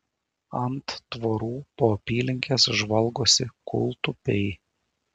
ant tvorų po apylinkes žvalgosi kūltupiai